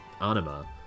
Anima